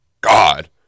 God